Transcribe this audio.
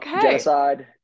genocide